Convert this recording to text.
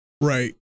right